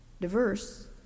diverse